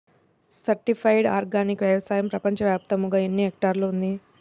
Certified organic వ్యవసాయం ప్రపంచ వ్యాప్తముగా ఎన్నిహెక్టర్లలో ఉంది?